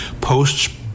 Post's